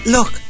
Look